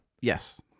Yes